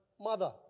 mother